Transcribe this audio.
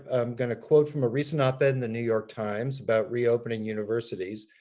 i'm going to quote from a recent op ed in the new york times about reopening universities,